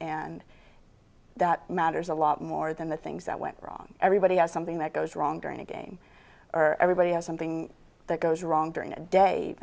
and that matters a lot more than the things that went wrong everybody has something that goes wrong during a game or everybody has something that goes wrong during a day